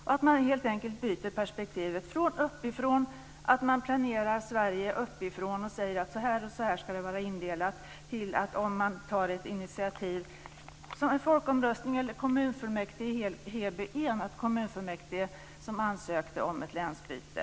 Man måste helt enkelt byta perspektiv från ett uppifrånperspektiv, att man planerar Sverige uppifrån och talar om hur det ska vara indelat, till ett underifrånperspektiv om ett initiativ tas genom en folkomröstning och som i detta fall ett enat kommunfullmäktige ansöker om ett länsbyte.